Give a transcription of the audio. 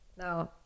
Now